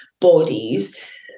bodies